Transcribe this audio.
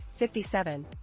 57